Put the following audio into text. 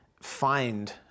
find